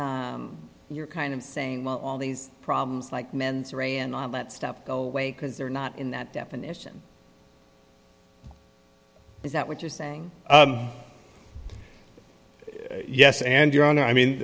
n you're kind of saying well all these problems like mens rea and all that stuff away because they're not in that definition is that what you're saying yes and your honor i mean